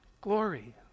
glory